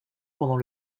pendant